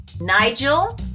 Nigel